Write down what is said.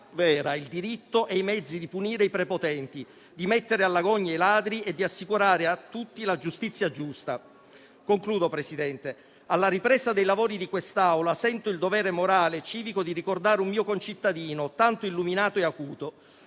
vera, il diritto e i mezzi di punire i prepotenti, di mettere alla gogna i ladri e di assicurare a tutti la giustizia giusta». Presidente, alla ripresa dei lavori dell'Assemblea sento il dovere morale e civico di ricordare un mio concittadino tanto illuminato e acuto,